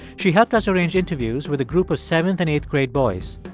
she helped us arrange interviews with a group of seventh and eighth-grade boys.